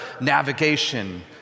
navigation